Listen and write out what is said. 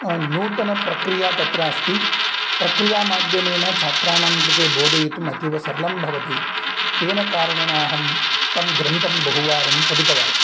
नूतनप्रक्रिया तत्र अस्ति प्रक्रियामाध्यमेन छात्राणां कृते बोधयितुम् अतीवसरलं भवति तेन कारणेन अहं तं ग्रन्थं बहुवारं पठितवान्